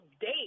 date